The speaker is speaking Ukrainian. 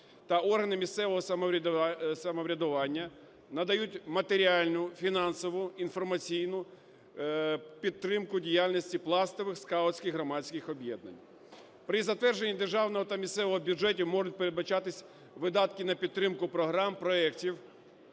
та органи місцевого самоврядування надають матеріальну, фінансову, інформаційну підтримку діяльності пластових (скаутських) громадських об'єднань. При затвердженні державного та місцевих бюджетів можуть передбачатись видатки на підтримку програм, проектів,